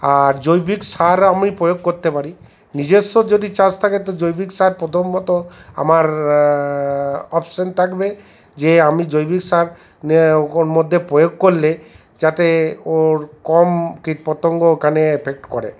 আর জৈবিক সার আমি প্রয়োগ করতে পারি নিজস্ব যদি চাষ থাকে তো জৈবিক সার প্রথমমত আমার অপশন থাকবে যে আমি জৈবিক সার নে ওর মধ্যে প্রয়োগ করলে যাতে ওর কম কীটপতঙ্গ ওখানে এফেক্ট করে